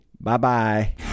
Bye-bye